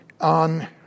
On